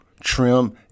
trim